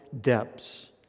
depths